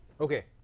Okay